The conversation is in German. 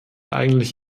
eigentlich